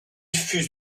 fut